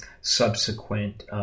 subsequent